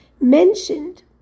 mentioned